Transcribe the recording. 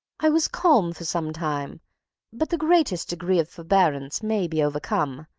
i was calm for some time but the greatest degree of forbearance may be overcome,